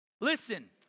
Listen